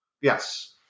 Yes